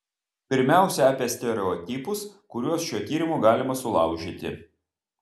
pirmiausia apie stereotipus kuriuos šiuo tyrimu galima sulaužyti